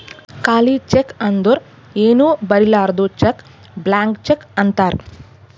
ಖಾಲಿ ಚೆಕ್ ಅಂದುರ್ ಏನೂ ಬರಿಲಾರ್ದು ಚೆಕ್ ಬ್ಲ್ಯಾಂಕ್ ಚೆಕ್ ಅಂತಾರ್